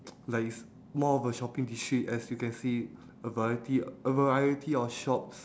like it's more of a shopping district as you can see a variety a variety of shops